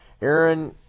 Aaron